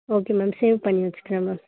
okay ma'am save பண்ணி வச்சுக்குறேன் ma'am